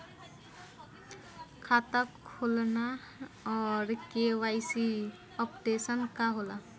खाता खोलना और के.वाइ.सी अपडेशन का होला?